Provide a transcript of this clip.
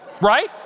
right